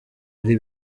ari